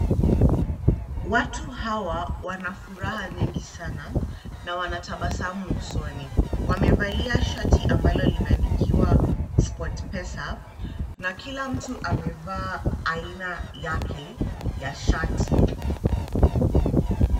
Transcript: Watu hawa wana furaha nyingi sana na wanatabasamu usoni. Wamevalia shati ambalo limeandikiwa SportPesa na kila mtu amevaa aina yake ya shati.